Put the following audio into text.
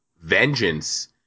vengeance